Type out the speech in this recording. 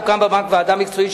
תוקם בבנק ועדה מקצועית,